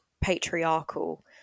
patriarchal